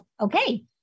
okay